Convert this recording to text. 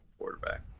quarterback